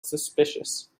suspicious